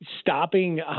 stopping